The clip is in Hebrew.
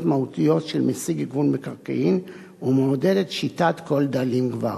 מהותיות של מסיג גבול מקרקעין ומעודדת שיטת כל דאלים גבר.